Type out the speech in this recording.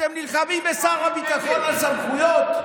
אתם נלחמים בשר הביטחון על סמכויות?